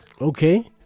Okay